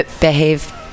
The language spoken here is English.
behave